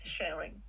sharing